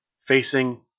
facing